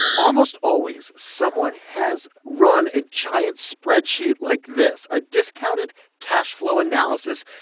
almost always, someone has run a giant spreadsheet like this, a discounted cash flow analysis,